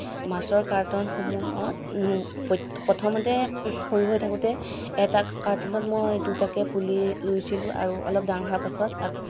মাছৰ কাৰ্টনসমূহত পই প্ৰথমতে সৰু হৈ থাকোঁতে এটা কাৰ্টনত মই দুটাকৈ পুলি ৰুইছিলোঁ আৰু অলপ ডাঙৰ হোৱাৰ পাছত